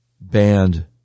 banned